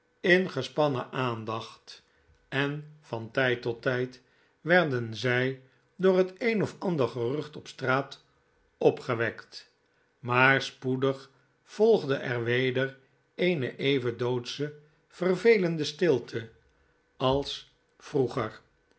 ingespannen aandacht en van tijd tot tijd werden zij door het een of ander gerucht op straat opgewekt maar spoedig volgde er weder eene even doodsche vervelende stilte als vroeger